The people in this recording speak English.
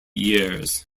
years